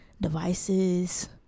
devices